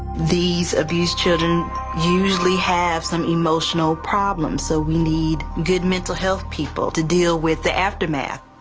these abused children usually have some emotional problems. so, we need good mental health people to deal with the aftermath.